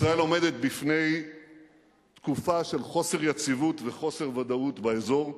ישראל עומדת בפני תקופה של חוסר יציבות וחוסר ודאות באזור.